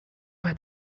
bei